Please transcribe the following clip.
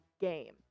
game